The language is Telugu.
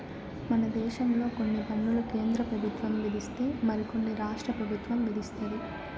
మన దేశంలో కొన్ని పన్నులు కేంద్ర పెబుత్వం విధిస్తే మరి కొన్ని రాష్ట్ర పెబుత్వం విదిస్తది